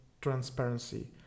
transparency